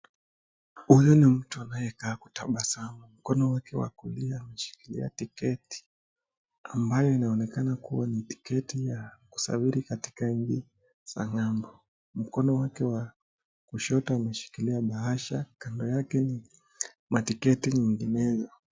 Huyu ni mtu ambayo anakaa kutabasamu, mkono yake ya kulia imeshikilia tiketi ambayo inaonekana kuwa ni tiketi ambayo ya kusafiri nchi za ng'ambo, mkono wake wa kushoto imeshikilia bahasha kando yake ni matiketi nyinginezo.